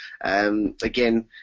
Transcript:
Again